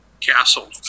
castle